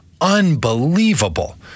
Unbelievable